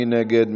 מי נגד?